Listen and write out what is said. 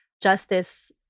justice